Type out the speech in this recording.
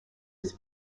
his